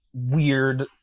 weird